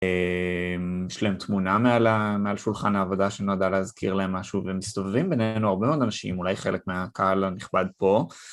יש להם תמונה מעל שולחן העבודה שנועדה להזכיר להם משהו, והם מסתובבים בינינו, הרבה מאוד אנשים, אולי חלק מהקהל הנכבד פה.